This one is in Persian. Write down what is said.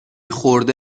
خورده